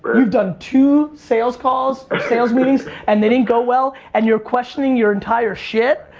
you've done two sales calls sales meetings and they didn't go well and you're questioning your entire shit?